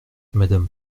madame